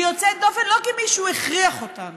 והיא יוצאת דופן לא כי מישהו הכריח אותנו,